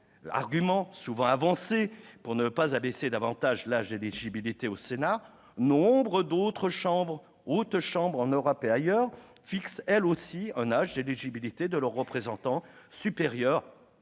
argument souvent avancé pour ne pas abaisser davantage l'âge d'éligibilité au Sénat : nombre d'autres hautes chambres en Europe, et ailleurs, fixent elles aussi un âge d'éligibilité de leurs représentants supérieur